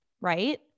right